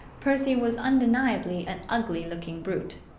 percy was undeniably an ugly-looking brute.